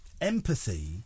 empathy